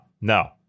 No